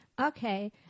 okay